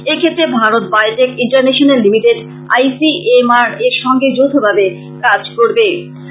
এক্ষেত্রে Bharat Biotech International Limited I C M R এর সঙ্গে যৌথভাবে কাজ করবে